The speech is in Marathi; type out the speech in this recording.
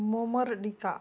मोमरडिका